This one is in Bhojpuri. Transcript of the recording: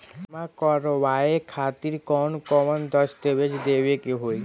बीमा करवाए खातिर कौन कौन दस्तावेज़ देवे के होई?